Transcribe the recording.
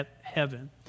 heaven